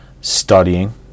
studying